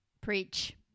Preach